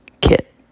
kit